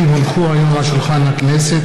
כי הונחו היום על שולחן הכנסת,